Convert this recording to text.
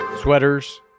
Sweaters